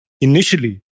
initially